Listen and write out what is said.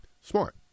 Smart